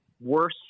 worse